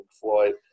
Floyd